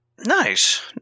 Nice